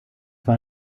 war